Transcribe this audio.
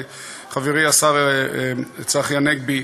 חברי השר צחי הנגבי.